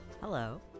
Hello